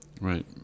Right